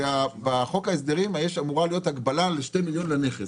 שבחוק ההסדרים אמורה להיות הגבלה לשני מיליון לנכס,